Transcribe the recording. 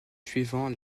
suivant